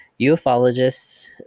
Ufologists